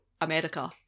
america